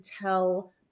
tell